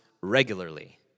regularly